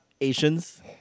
Asians